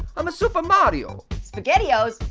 i'm super mario. spaghettios?